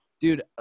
dude